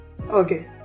Okay